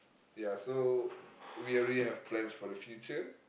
ya so we already have plans for the future